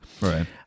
Right